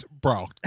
bro